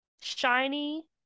shiny